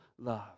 love